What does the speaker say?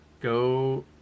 go